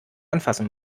anfassen